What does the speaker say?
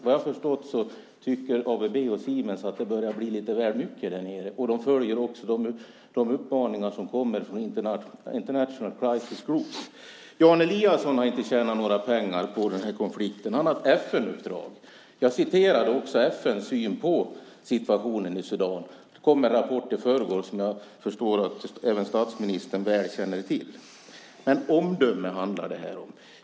Vad jag har förstått tycker ABB och Siemens att det börjar bli lite väl mycket där nere. De följer också de uppmaningar som kommer från International Crisis Group. Jan Eliasson har inte tjänat några pengar på den här konflikten. Han har ett FN-uppdrag. Jag citerade också FN:s syn på situationen i Sudan. Det kom en rapport i förrgår som jag förstår att även statsministern väl känner till. Det här handlar om omdöme.